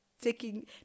taking